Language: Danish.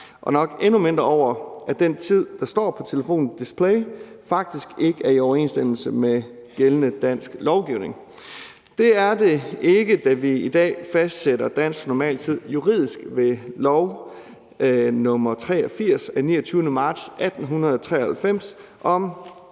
og nok endnu mindre over, at den tid, der står på telefonens display, faktisk ikke er i overensstemmelse med gældende dansk lovgivning. Det er den ikke, da vi i dag fastsætter dansk normaltid juridisk set ved Lov nr. 83 af 29. marts 1893 om